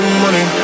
money